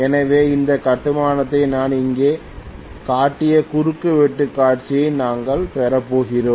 எனவே இந்த கட்டுமானத்தை நான் இங்கே காட்டிய குறுக்கு வெட்டு காட்சியை நாங்கள் பெறப்போகிறோம்